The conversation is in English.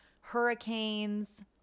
hurricanes